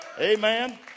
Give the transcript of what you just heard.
Amen